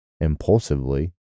impulsively